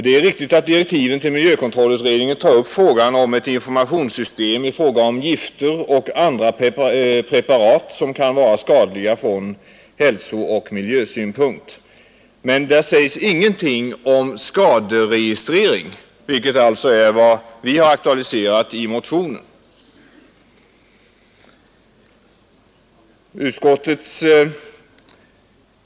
Det är riktigt att frågan om ett informationssystem för gifter och andra preparat, som kan vara skadliga från hälsooch miljösynpunkt, tas upp i direktiven till miljökontrollutredningen, men där sägs ingenting om skaderegistrering, vilket är vad vi har aktualiserat i vår motion.